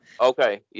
Okay